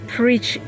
preach